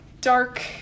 dark